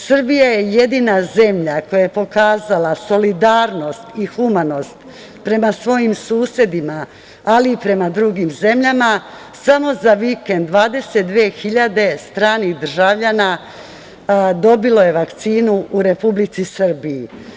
Srbija je jedina zemlja koja je pokazala solidarnost i humanost prema svojim susedima ali i prema drugim zemljama, samo za vikend 22 hiljade stranih državljana dobilo je vakcinu u Republici Srbiji.